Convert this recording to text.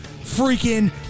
freaking